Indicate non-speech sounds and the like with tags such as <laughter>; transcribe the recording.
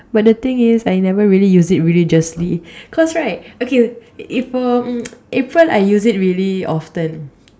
but the thing is I never really use it religiously cause right okay if um mm <noise> April I used it really often